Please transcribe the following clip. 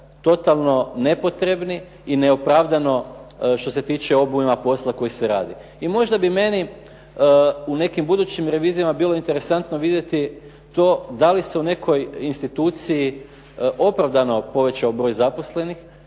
totalno nepotrebni i neopravdano što se tiče obujma posla koji se radi. I možda bi meni u nekim budućim revizijama bilo interesantno vidjeti to da li se u nekoj instituciji opravdano povećao broj zaposlenih